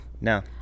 No